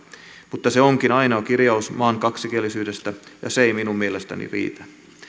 mutta se onkin ainoa kirjaus maan kaksikielisyydestä ja se ei minun mielestäni riitä